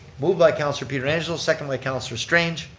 moved by councilor pietrangelo, seconded by councilor strange,